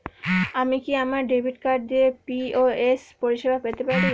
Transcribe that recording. আমি কি আমার ডেবিট কার্ড দিয়ে পি.ও.এস পরিষেবা পেতে পারি?